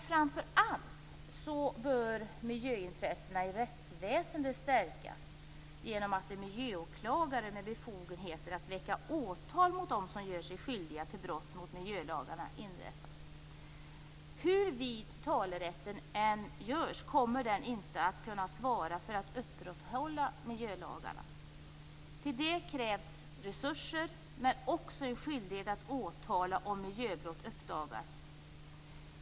Framför allt bör miljöintressena inom rättsväsendet stärkas genom att en miljöåklagare inrättas som har befogenhet att väcka åtal mot dem som gör sig skyldiga till brott mot miljölagarna. Hur vid talerätten än görs, så kommer den inte att kunna svara för att miljölagarna upprätthålls. För detta krävs det resurser men också en skyldighet att väcka åtal om ett miljöbrott uppdagas.